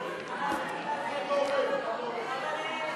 הבינוי והשיכון לשר התחבורה והבטיחות בדרכים נתקבלה.